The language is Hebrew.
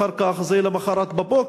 אחר כך: זה יהיה מחר בבוקר.